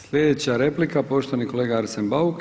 Slijedeća replika poštovani kolega Arsen Bauk.